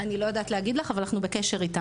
אני לא יודעת להגיד אבל אנחנו בקשר אתם,